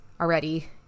already